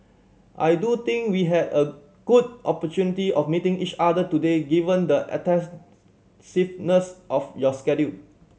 I do think we had a good opportunity of meeting each other today given the of your schedule